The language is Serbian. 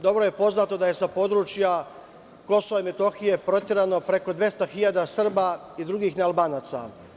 Dobro je poznato da je sa područja KiM, proterano preko 200 hiljada Srba i drugih nealbanaca.